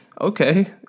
okay